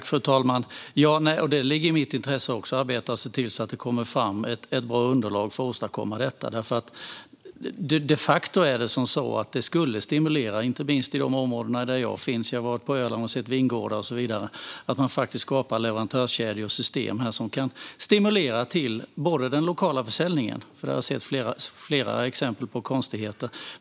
Fru talman! Det ligger i mitt intresse också att se till att det kommer fram ett bra underlag för att åstadkomma detta. Inte minst i mina trakter - jag har varit på Öland och sett vingårdar och så vidare - skulle skapandet av leverantörskedjor och system stimulera den lokala försäljningen. Där har jag sett flera exempel på konstigheter.